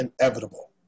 inevitable